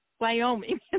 Wyoming